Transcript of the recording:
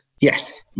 Yes